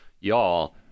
y'all